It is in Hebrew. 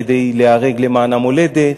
כדי להיהרג למען המולדת,